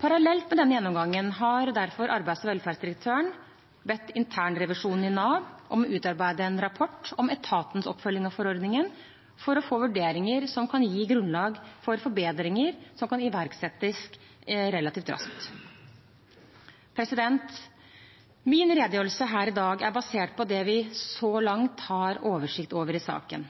Parallelt med denne gjennomgangen har derfor arbeids- og velferdsdirektøren bedt internrevisjonen i Nav om å utarbeide en rapport om etatens oppfølging av forordningen, for å få vurderinger som kan gi grunnlag for forbedringer som kan iverksettes relativt raskt. Min redegjørelse her i dag er basert på det vi så langt har oversikt over i saken.